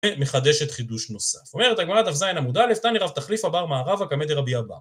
ומחדשת חידוש נוסף. אומרת הגמרא דף ז עמוד א, תני רב תחליפא בר מערבא, קמיה דרבי אבא.